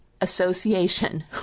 association